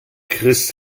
chris